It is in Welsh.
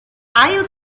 ail